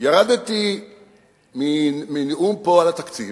ירדתי מנאום פה על התקציב